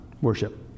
worship